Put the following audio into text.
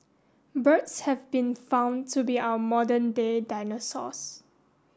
birds have been found to be our modern day dinosaurs